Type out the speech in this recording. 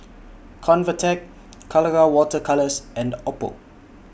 Convatec Colora Water Colours and Oppo